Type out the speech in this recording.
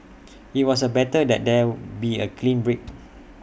IT was A better that there be A clean break